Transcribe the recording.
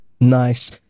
Nice